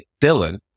Dylan